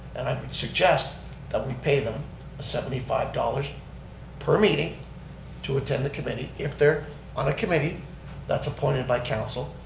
and i would suggest that we pay them seventy five dollars per meeting to attend the committee. if they're on a committee that's appointed by council.